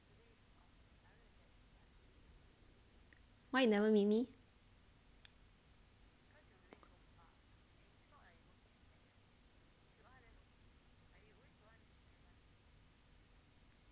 why you never meet me